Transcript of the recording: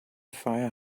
fire